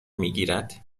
میگیرد